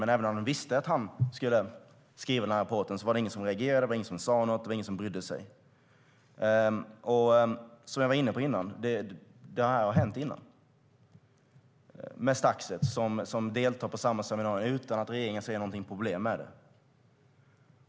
Men även om de visste att det var han som skulle skriva den här rapporten var det ingen som reagerade, ingen som sade något och ingen som brydde sig. Som jag var inne på förut har det här hänt tidigare, till exempel med Stakset som deltog i ett seminarium utan att regeringen såg något problem med det.